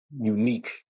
unique